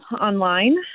online